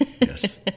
Yes